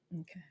Okay